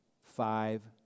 five